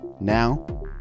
Now